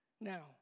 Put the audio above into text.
Now